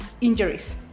injuries